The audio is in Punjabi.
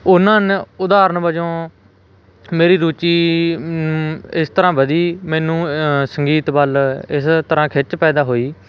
ਉਹਨਾਂ ਨੂੰ ਉਦਾਹਰਨ ਵਜੋਂ ਮੇਰੀ ਰੁਚੀ ਇਸ ਤਰ੍ਹਾਂ ਵਧੀ ਮੈਨੂੰ ਸੰਗੀਤ ਵੱਲ ਇਸ ਤਰ੍ਹਾਂ ਖਿੱਚ ਪੈਦਾ ਹੋਈ